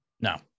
no